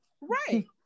Right